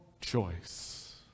choice